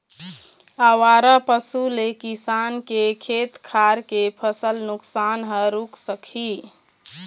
आवारा पशु ले किसान के खेत खार के फसल नुकसान ह रूक सकही